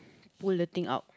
pull the thing out